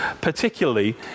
particularly